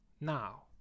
now